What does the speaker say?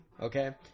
Okay